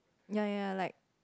ya ya like